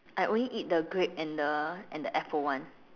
I only eat the grape and the and the apple one